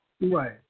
Right